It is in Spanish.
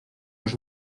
los